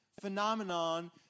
phenomenon